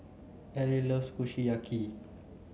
Elie loves Kushiyaki